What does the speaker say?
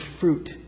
fruit